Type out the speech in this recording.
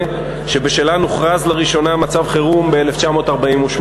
שבשלהן הוכרז לראשונה מצב חירום ב-1948.